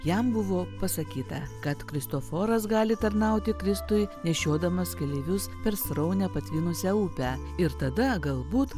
jam buvo pasakyta kad kristoforas gali tarnauti kristui nešiodamas keleivius per sraunią patvinusią upę ir tada galbūt